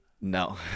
no